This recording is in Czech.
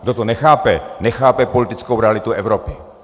Kdo to nechápe, nechápe politickou realitu Evropy.